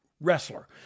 wrestler